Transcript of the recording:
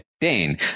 Dane